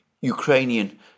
Ukrainian